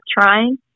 trying